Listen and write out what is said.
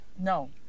No